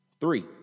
Three